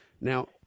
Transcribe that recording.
Now